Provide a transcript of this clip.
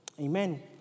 Amen